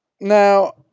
Now